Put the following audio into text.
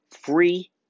free